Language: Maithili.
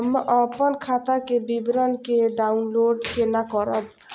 हम अपन खाता के विवरण के डाउनलोड केना करब?